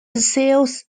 sales